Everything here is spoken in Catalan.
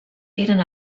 eren